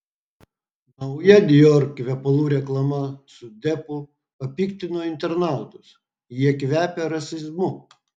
nauja dior kvepalų reklama su deppu papiktino internautus jie kvepia rasizmu